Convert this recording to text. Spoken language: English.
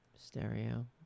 Stereo